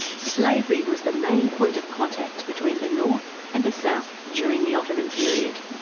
slavery was the main point of contact between the north and the south during the ottoman period.